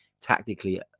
tactically